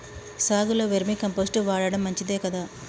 సాగులో vermi compost వాడటం మంచిదే కదా?